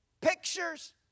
Pictures